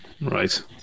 Right